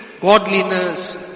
godliness